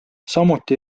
samuti